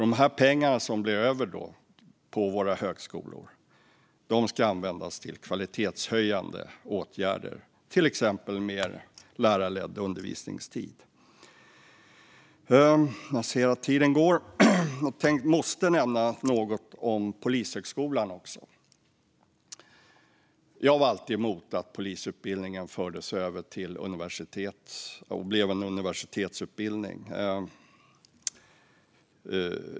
De pengar som blir över på våra högskolor ska användas till kvalitetshöjande åtgärder. Det handlar till exempel om mer lärarledd undervisningstid. Jag ser att tiden går. Jag måste också nämna någonting om Polishögskolan. Jag var alltid emot att polisutbildningen fördes över och blev en universitetsutbildning.